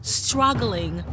struggling